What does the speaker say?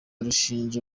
rushinja